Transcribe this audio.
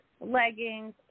leggings